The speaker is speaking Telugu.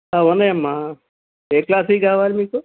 ఉన్నాయమ్మా ఏ క్లాస్వి కావాలి మీకు